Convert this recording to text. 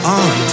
on